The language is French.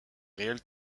réel